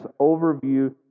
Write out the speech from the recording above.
overview